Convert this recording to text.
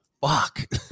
fuck